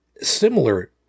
similar